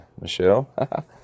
Michelle